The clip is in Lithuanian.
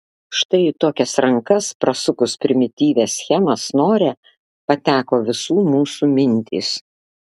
štai į tokias rankas prasukus primityvią schemą snore pateko visų mūsų mintys